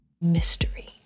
Mystery